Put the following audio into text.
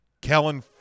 Kellen